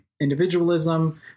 individualism